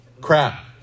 Crap